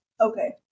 Okay